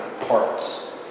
parts